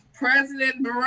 President